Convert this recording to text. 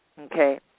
Okay